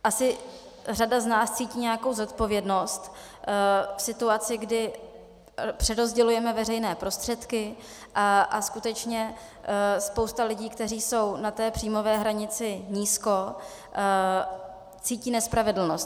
Asi řada z nás cítí nějakou zodpovědnost v situaci, kdy přerozdělujeme veřejné prostředky, a skutečně spousta lidí, kteří jsou na té příjmové hranici nízko, cítí nespravedlnost.